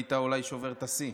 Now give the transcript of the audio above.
אולי היית שובר את השיא,